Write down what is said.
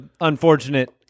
unfortunate